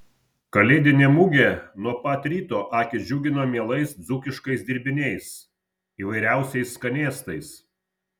kalėdinė mugė nuo pat ryto akį džiugino mielais dzūkiškais dirbiniais įvairiausiais skanėstais